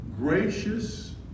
Gracious